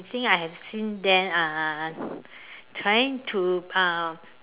I think I have seen them uh trying to uh